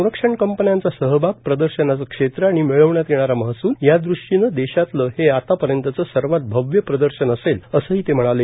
संरक्षण कंपन्यांचा सहभाग प्रदर्शनाचं क्षेत्र आणि मिळवण्यात येणारा महसूल या दृष्टीनं देशातलं हे आतापर्यंतचं सर्वात भव्य प्रदर्शन असेल असंही ते म्हणाले